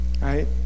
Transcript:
right